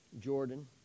Jordan